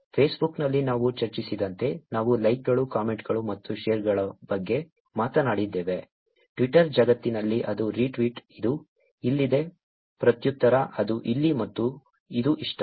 ಫೇಸ್ಬುಕ್ನಲ್ಲಿ ನಾವು ಚರ್ಚಿಸಿದಂತೆ ನಾವು ಲೈಕ್ಗಳು ಕಾಮೆಂಟ್ಗಳು ಮತ್ತು ಶೇರ್ಗಳ ಬಗ್ಗೆ ಮಾತನಾಡಿದ್ದೇವೆ ಟ್ವಿಟರ್ ಜಗತ್ತಿನಲ್ಲಿ ಅದು ರಿಟ್ವೀಟ್ ಅದು ಇಲ್ಲಿದೆ ಪ್ರತ್ಯುತ್ತರ ಅದು ಇಲ್ಲಿ ಮತ್ತು ಇದು ಇಷ್ಟ